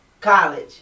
College